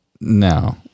no